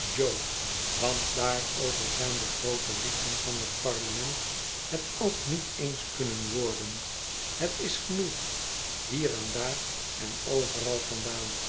jo want daarover zijn de groote lichten van het parlement het ook niet eens kunnen worden het is genoeg hier en daar en overal vandaan